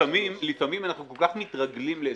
יש רק שלוש.